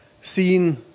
seen